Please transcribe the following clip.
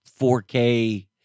4K